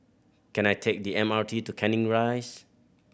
can I take the M R T to Canning Rise